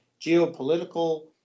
geopolitical